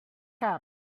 cap